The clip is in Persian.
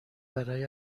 برای